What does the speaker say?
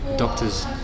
doctors